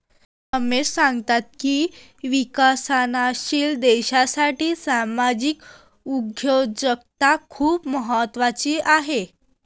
रमेश सांगतात की विकसनशील देशासाठी सामाजिक उद्योजकता खूप महत्त्वाची आहे